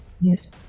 Yes